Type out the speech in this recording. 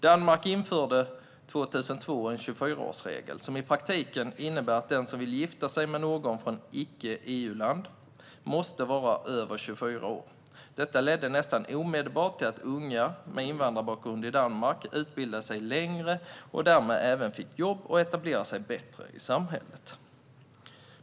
Danmark införde 2002 en 24-årsregel som i praktiken innebär att den som vill gifta sig med någon från ett icke-EU-land måste vara över 24 år. Detta ledde nästan omedelbart till att unga med invandrarbakgrund utbildade sig längre och därmed även fick jobb och etablerade sig bättre i samhället.